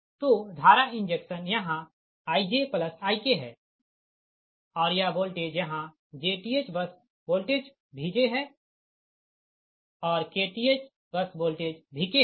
तो धारा इंजेक्शन यहाँ IjIk है और यह वोल्टेज यहाँ jth बस वोल्टेज परVj है और kth बस वोल्टेज Vk है